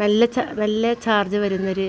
നല്ല ച നല്ല ചാർജ് വരുന്നൊരു